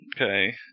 Okay